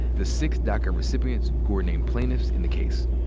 the six daca recipients who were named plaintiffs in the case.